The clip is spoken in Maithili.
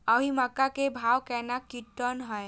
अभी मक्का के भाव केना क्विंटल हय?